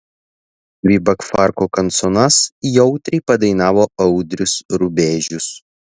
dvi bakfarko kanconas jautriai padainavo audrius rubežius